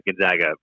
Gonzaga